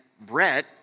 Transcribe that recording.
Brett